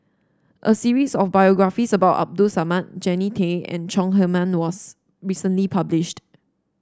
a series of biographies about Abdul Samad Jannie Tay and Chong Heman was recently published